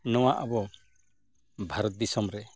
ᱱᱚᱣᱟ ᱟᱵᱚ ᱵᱷᱟᱨᱚᱛ ᱫᱤᱥᱚᱢ ᱨᱮ